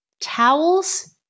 Towels